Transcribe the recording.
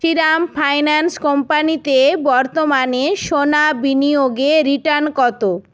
Shriram finance কোম্পানিতে বর্তমানে সোনা বিনিয়োগে রিটার্ন কত